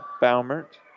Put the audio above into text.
Baumert